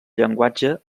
llenguatge